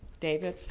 david.